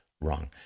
wrong